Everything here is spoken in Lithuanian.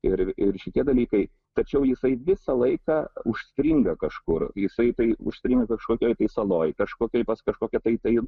ir ir šitie dalykai tačiau jisai visą laiką užstringa kažkur jisai tai užstringa kažkokioj saloj kažkokioj pas kažkokią tai